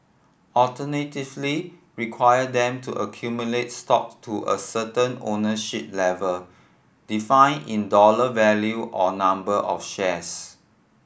alternatively require them to accumulate stock to a certain ownership level define in dollar value or number of shares